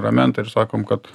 ramentą ir sakom kad